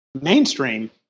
Mainstream